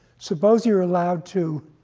suppose you're allowed to